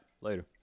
later